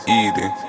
eating